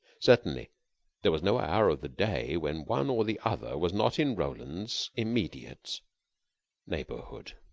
certainly there was no hour of the day when one or the other was not in roland's immediate neighborhood.